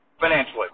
financially